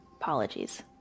apologies